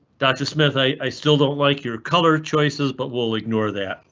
doctor smith i i still don't like your color choices but will ignore that.